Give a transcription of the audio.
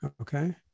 okay